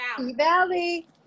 Valley